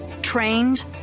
trained